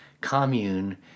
commune